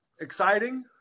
exciting